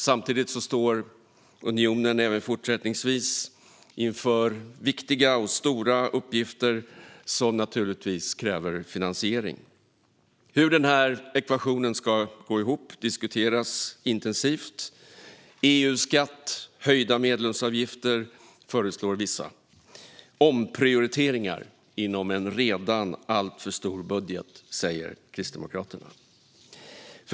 Samtidigt står unionen även fortsättningsvis inför viktiga och stora uppgifter som kräver finansiering. Hur denna ekvation ska gå ihop diskuteras intensivt. Vissa föreslår EU-skatt och kraftigt höjda medlemsavgifter. Omprioriteringar inom en redan alltför stor budget, säger Kristdemokraterna.